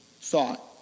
thought